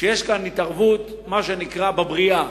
שיש כאן התערבות, מה שנקרא, בבריאה,